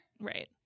Right